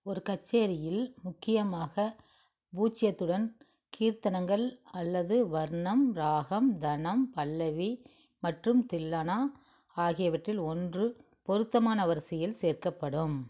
ஒரு கச்சேரியில் முக்கியமாக பூஜ்ஜியத்துடன் கீர்த்தனங்கள் அல்லது வர்ணம் ராகம் தனம் பல்லவி மற்றும் தில்லானா ஆகியவற்றில் ஒன்று பொருத்தமான வரிசையில் சேர்க்கப்படும்